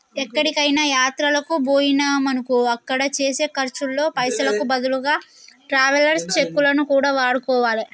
ఎక్కడికైనా యాత్రలకు బొయ్యినమనుకో అక్కడ చేసే ఖర్చుల్లో పైసలకు బదులుగా ట్రావెలర్స్ చెక్కులను కూడా వాడుకోవాలే